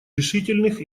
решительных